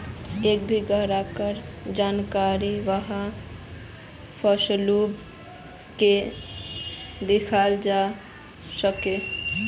कोए भी ग्राहकेर जानकारी वहार पासबुक से दखाल जवा सकोह